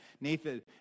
Nathan